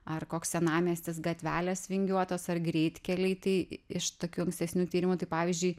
ar koks senamiestis gatvelės vingiuotos ar greitkeliai tai iš tokių ankstesnių tyrimų tai pavyzdžiui